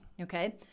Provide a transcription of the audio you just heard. okay